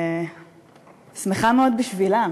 ושמחה מאוד בשבילם